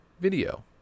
video